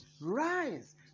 rise